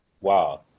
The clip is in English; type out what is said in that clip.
Wow